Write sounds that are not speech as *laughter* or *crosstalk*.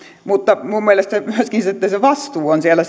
mutta minun mielestäni myöskin sitten se että se vastuu on siellä *unintelligible*